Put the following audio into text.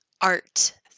art